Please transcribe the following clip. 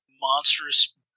monstrous